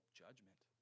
judgment